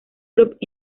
group